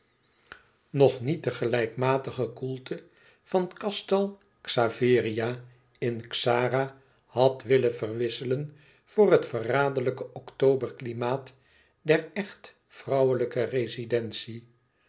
nog niet de gelijkmatige koelte van castel xaveria in xara had willen verwisselen voor het verraderlijke oktoberklimaat der echt vrouwelijke rezidentie